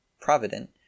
provident